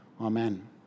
Amen